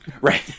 Right